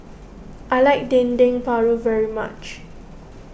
I like Dendeng Paru very much